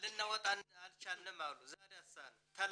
ואז שלחו אותו לתל